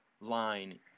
line